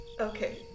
Okay